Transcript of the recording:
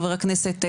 חבר הכנסת,